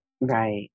Right